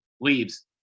leaves